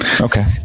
Okay